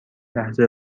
لحظه